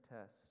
test